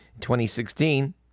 2016